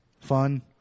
fun